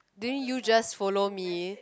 didn't you just follow me